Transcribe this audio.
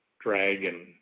Dragon